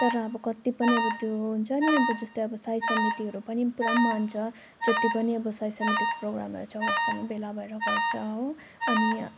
तर अब कति पनि अब त्यो हुन्छ नि अब जस्तो अब साई समितिहरू पनि पुरा मान्छ जति पनि अब साई समितिको प्रोग्रामहरू छ चौरस्तामा भेला भएर गर्छ हो अनि